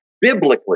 biblically